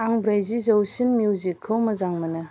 आं ब्रैजि जौसिन मिउजिकखौ मोजां मोनो